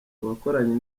wakoranye